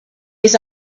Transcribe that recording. his